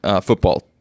football